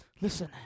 Listen